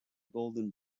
golden